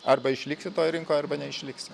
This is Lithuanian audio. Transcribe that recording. arba išliksi toj rinkoj arba neišliksi